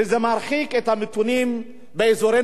וזה מרחיק את המתונים באזורנו,